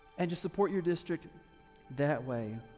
and just support your district that way.